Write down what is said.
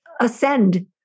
ascend